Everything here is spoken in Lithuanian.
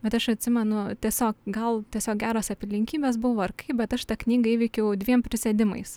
bet aš atsimenu tiesiog gal tiesiog geros aplinkybės buvo ar kaip bet aš tą knygą įveikiau dviem prisėdimais